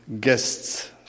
guests